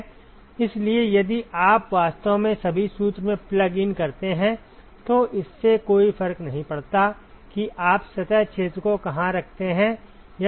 इसलिए यदि आप वास्तव में सभी सूत्र में प्लग इन करते हैं तो इससे कोई फर्क नहीं पड़ता कि आप सतह क्षेत्र को कहां रखते हैं